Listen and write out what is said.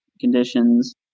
conditions